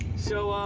so,